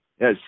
Yes